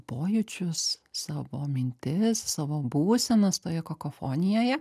pojūčius savo mintis savo būsenas toje kakofonijoje